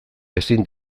ezin